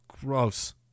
gross